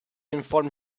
inform